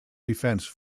defence